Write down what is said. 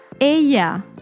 Ella